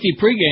pregame